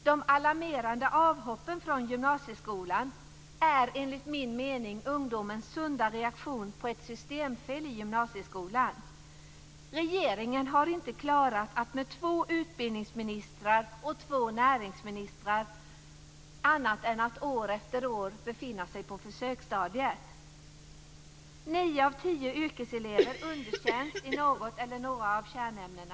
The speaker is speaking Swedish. De alarmerande avhoppen från gymnasieskolan är enligt min mening ungdomens sunda reaktion på ett systemfel i gymnasieskolan. Regeringen kan med sina två utbildningsministrar och två näringsministrar år efter år inte komma fram till något annat än ett försöksstadium. Nio av tio yrkeselever underkänns i något eller några av kärnämnena.